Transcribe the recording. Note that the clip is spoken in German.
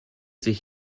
sich